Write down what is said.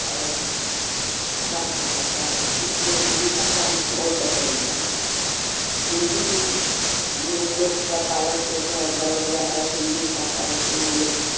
और राष्ट्रभाषा है इसलिए हिन्दी भाषा हमको बहुत पसंद है हिन्दी ही में हम लोग का पालन पोषण और भरण हुआ है हिन्दी भाषा से ही हम लोग